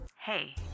Hey